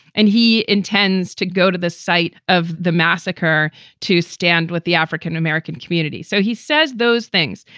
and he intends to go to the site of the massacre to stand with the african-american community. so he says those things,